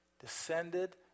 descended